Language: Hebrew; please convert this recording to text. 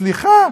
סליחה?